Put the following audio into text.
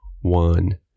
one